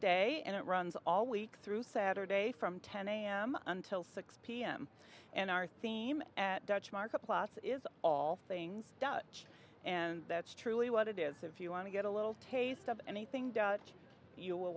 day and it runs all week through saturday from ten am until six pm and our theme at dutch market plus is all things dutch and that's truly what it is if you want to get a little taste of anything doubt you will